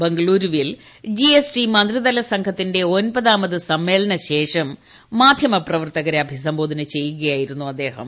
ബംഗളൂരുവിൽ ജിഎസ്ടി മന്ത്രിതല സംഘത്തിന്റെ ഒൻപതാമത് സമ്മേളനശേഷം മാധ്യമ പ്രവർത്തകരെ അഭിസംബോധന ചെയ്യുകയായിരുന്നു അദ്ദേഹം